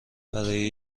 برای